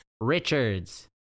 Richards